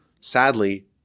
sadly